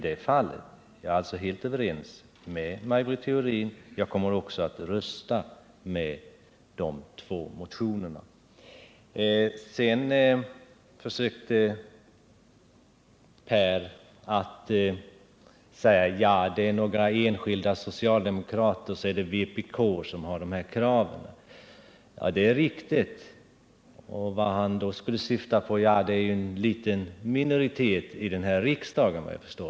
Jag är alltså helt överens med henne och kommer att rösta för de två motionerna. Per Petersson försökte säga att det är några enskilda socialdemokrater och så vpk som har dessa krav. Han skulle då syfta på att det gäller en liten minoritet i riksdagen.